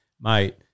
Mate